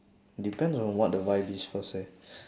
depends on what the vibe is first eh